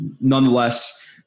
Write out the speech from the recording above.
Nonetheless